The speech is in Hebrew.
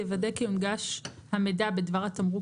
אחרי פסקה (5) יבוא: "(5א)יוודא כי הונגש המידע בדבר התמרוק